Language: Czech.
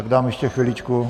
Dám ještě chviličku.